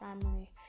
family